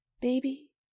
baby